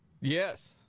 yes